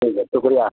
ٹھیک ہے شکریہ